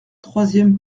troisième